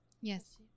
yes